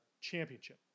championship